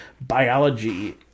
biology